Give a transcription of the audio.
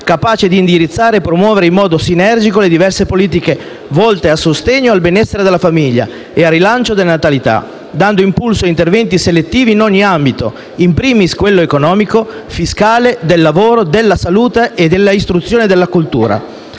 capace di indirizzare e promuovere in modo sinergico le diverse politiche volte al sostegno e al benessere della famiglia e al rilancio della natalità, dando impulso a interventi selettivi in ogni ambito, *in primis*, quello economico, fiscale, del lavoro, della salute, dell'istruzione e della cultura.